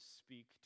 speak